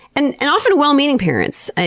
and and often well-meaning parents.